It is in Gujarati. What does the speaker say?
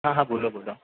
હા હા બોલો બોલો